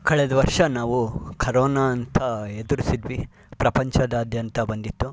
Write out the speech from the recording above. ಕಳೆದ ವರ್ಷ ನಾವು ಕರೋನಾ ಅಂತ ಎದುರಿಸಿದ್ವಿ ಪ್ರಪಂಚದಾದ್ಯಂತ ಬಂದಿತ್ತು